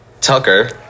Tucker